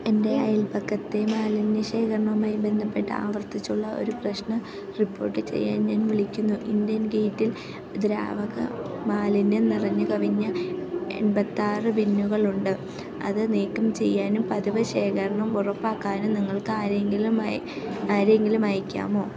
എൻ്റെ അയൽപക്കത്തെ മാലിന്യ ശേഖരണവുമായി ബന്ധപ്പെട്ട് ആവർത്തിച്ചുള്ള ഒരു പ്രശ്നം റിപ്പോർട്ട് ചെയ്യാൻ ഞാൻ വിളിക്കുന്നു ഇന്ത്യൻ ഗേറ്റിൽ ദ്രാവക മാലിന്യം നിറഞ്ഞു കവിഞ്ഞ എൺപത്താറ് ബിന്നുകൾ ഉണ്ട് അത് നീക്കം ചെയ്യാനും പതിവ് ശേഖരണം ഉറപ്പാക്കാനും നിങ്ങൾക്ക് ആരെയെങ്കിലും ആരെയെങ്കിലും അയക്കാമോ